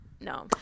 No